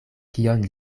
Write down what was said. kion